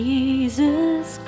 Jesus